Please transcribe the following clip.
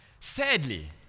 Sadly